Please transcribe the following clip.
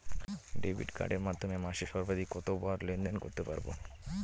Debit কার্ডের মাধ্যমে মাসে সর্বাধিক কতবার লেনদেন করতে পারবো?